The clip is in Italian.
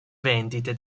vendite